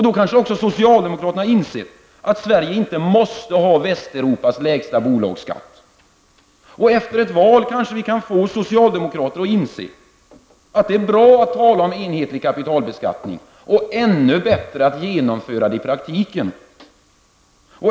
Då kanske också socialdemokraterna inser att Sverige inte måste ha Västeuropas lägsta bolagsskatt. Efter ett val kanske vi kan få socialdemokrater att inse att det är bra att tala om enhetlig kapitalbeskattning och ännu bättre att genomföra det i praktiken.